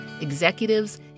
executives